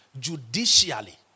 judicially